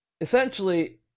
essentially